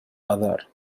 آذار